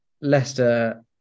Leicester